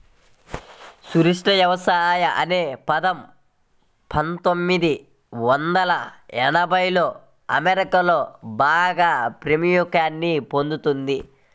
సుస్థిర వ్యవసాయం అనే పదం పందొమ్మిది వందల ఎనభైలలో అమెరికాలో బాగా ప్రాముఖ్యాన్ని పొందింది